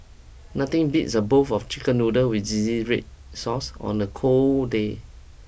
nothing beats a bowl of chicken noodles with zingy red sauce on the cold day